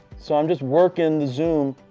so, i'm just working the zoom.